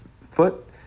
foot